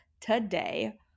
today